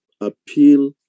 appeal